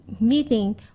meeting